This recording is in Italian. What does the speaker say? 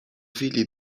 figli